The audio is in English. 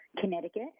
Connecticut